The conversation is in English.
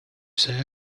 say